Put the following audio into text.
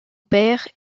père